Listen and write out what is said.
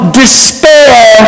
despair